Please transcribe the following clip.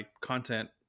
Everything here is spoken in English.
content